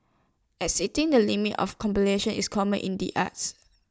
exceeding the limits of competition is common in the arts